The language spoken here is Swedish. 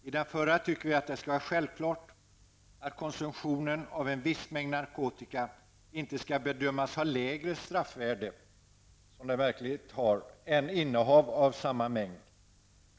I den förra framhåller vi att det skall vara självklart att konsumtionen av en viss mängd narkotika inte, som nu, skall bedömas ha lägre straffvärde än innehav av samma mängd.